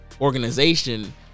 organization